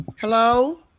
Hello